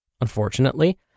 Unfortunately